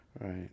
Right